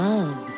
Love